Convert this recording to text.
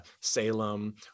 Salem